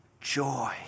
joy